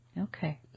Okay